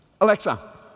Alexa